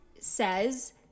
says